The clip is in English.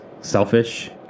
selfish